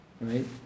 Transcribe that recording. Right